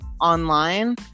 online